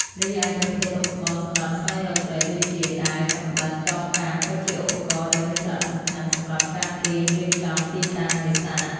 រីឯប្រភេទឧបករណ៍សម្រាប់ស្វែងរកត្រី ដូចជាដាវ កាំបិត ចបកាប់ ក៏ជាឧបករណ៍ដែលមានសារៈសំខាន់សម្រាប់ការត្រៀមរៀបចំទីតាំងនេសាទ។